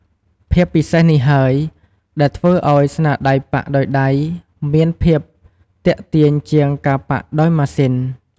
ភាពពិសេសនេះហើយដែលធ្វើឱ្យស្នាដៃប៉ាក់ដោយដៃមានភាពទាក់ទាញជាងការប៉ាក់ដោយម៉ាស៊ីន។